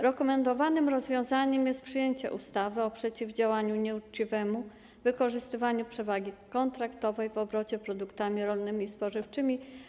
Rekomendowanym rozwiązaniem jest przyjęcie ustawy o przeciwdziałaniu nieuczciwemu wykorzystywaniu przewagi kontraktowej w obrocie produktami rolnymi i spożywczymi.